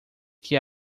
que